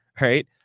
right